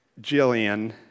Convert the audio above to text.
Jillian